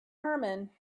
herman